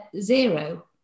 zero